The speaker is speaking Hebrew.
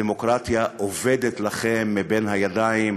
הדמוקרטיה אובדת לכם מבין הידיים,